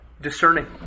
Discerning